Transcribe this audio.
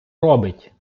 робить